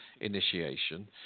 initiation